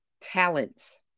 talents